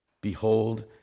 Behold